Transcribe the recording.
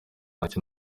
ntacyo